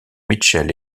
mitchell